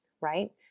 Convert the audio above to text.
right